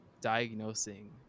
diagnosing